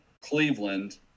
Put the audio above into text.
Cleveland